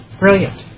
Brilliant